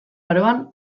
aroan